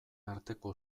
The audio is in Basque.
arteko